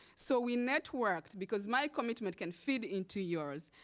so we networked, because my commitment can fit into yours,